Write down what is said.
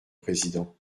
président